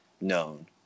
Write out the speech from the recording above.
known